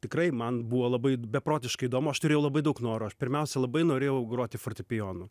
tikrai man buvo labai beprotiškai įdomu aš turėjau labai daug noro aš pirmiausia labai norėjau groti fortepijonu